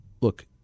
Look